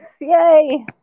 yay